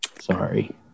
Sorry